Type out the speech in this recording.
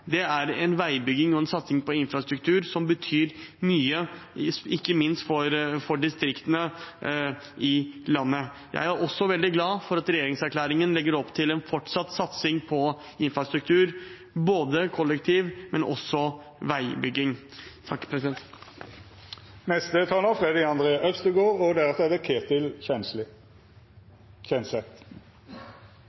Det er en veibygging og satsing på infrastruktur som betyr mye, ikke minst for distriktene i landet. Jeg er også veldig glad for at regjeringserklæringen legger opp til en fortsatt satsing på infrastruktur, både kollektivtransport og veibygging. Knut Arild Hareide spilte på mange måter opp til dagen i dag. Det er litt merkelig når man ser tilbake på det, men det